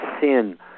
sin